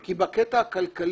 כי בקטע הכלכלי,